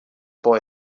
boy